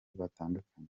batandukanye